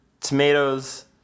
tomatoes